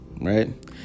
right